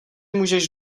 můžeš